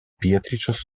pietryčius